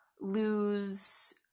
lose